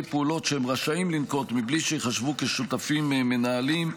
פעולות שהם רשאים לנקוט מבלי שהם ייחשבו כשותפים מנהלים,